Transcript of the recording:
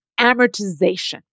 amortization